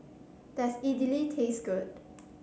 does Idili taste good